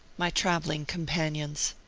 my travelling-companions.